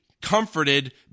comforted